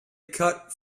cut